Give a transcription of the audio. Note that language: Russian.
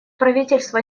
правительство